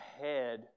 ahead